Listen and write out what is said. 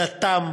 דתם,